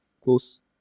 close